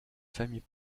famille